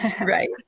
right